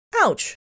Ouch